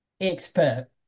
expert